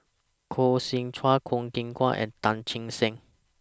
Koh Seow Chuan Kwok Kian Chow and Tan Che Sang